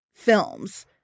films